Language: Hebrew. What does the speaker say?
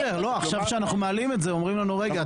עכשיו כשאנחנו מעלים את זה, אומרים לנו רגע.